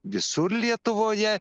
visur lietuvoje